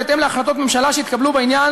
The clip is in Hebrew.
בהתאם להחלטות ממשלה שהתקבלו בעניין,